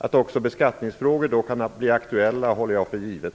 Att också beskattningsfrågor då kan bli aktuella håller jag för givet.